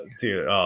dude